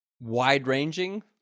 Wide-ranging